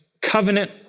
covenant